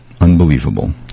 Unbelievable